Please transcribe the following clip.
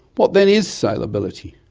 what then is sailability,